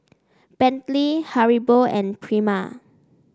Bentley Haribo and Prima